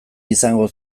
izango